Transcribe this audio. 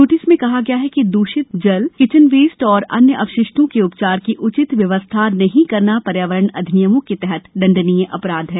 notice में कहा गया है कि दूषित जल किचन वेस्ट एवं अन्य अपशिष्टों के उपचार की उचित व्यवस्था नहीं करना पर्यावरण अधिनियमों के तहत दण्डनीय अपराध है